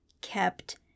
kept